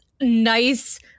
nice